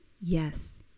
Yes